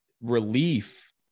relief